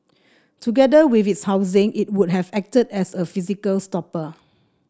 together with its housing it would have acted as a physical stopper